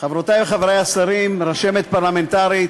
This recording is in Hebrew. חברותי וחברי השרים, רשמת פרלמנטרית,